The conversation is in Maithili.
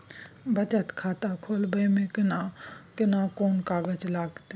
बचत खाता खोलबै में केना कोन कागज लागतै?